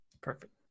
Perfect